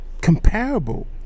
comparable